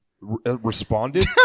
responded